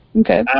Okay